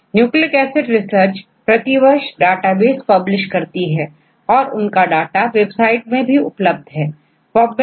nucleic acid research प्रतिवर्ष database publish करती हैऔर यह एक वेबसाइट को मेंटेन करते हैं इसमें सभी डाटाबेस जो लिटरेचर में उपलब्ध हैं का कलेक्शन है